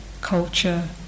culture